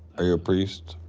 are you a priest?